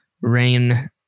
rain